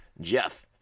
Jeff